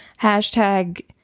Hashtag